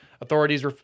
Authorities